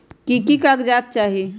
की की कागज़ात चाही?